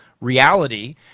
reality